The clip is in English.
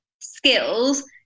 skills